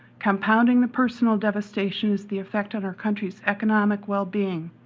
compounding the personal devastation is the effect on our country's economic well being.